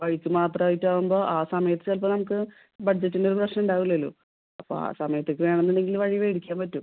വഴിക്ക് മാത്രമായിട്ടാവുമ്പോൾ ആ സമയത്ത് ചിലപ്പോൾ നമുക്ക് ബഡ്ജറ്റിൻ്റെയൊരു പ്രശ്നമുണ്ടാവില്ലല്ലോ അപ്പോൾ ആ സമയത്തേക്ക് വേണമെന്നുണ്ടെങ്കിൽ വഴി വേടിക്കാൻ പറ്റും